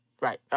Right